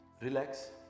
relax